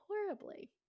horribly